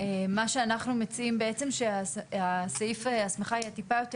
מה שאנחנו מציעים בעצם שהסעיף הסמכה יהיה טיפה יותר